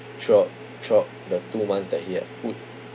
throughout throughout the two months that he had put